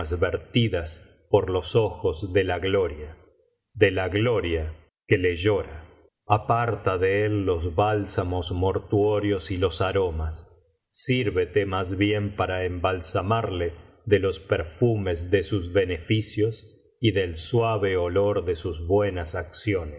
vertidas por los ojos de la gloria de la gloria que le llora aparta de él los bálsamos mortuorios y los aromas sírvete más bien para embalsamarle de los perfumes de sus beneficios y del suave olor de sus buenas acciones